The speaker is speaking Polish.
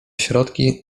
środki